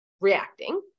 reacting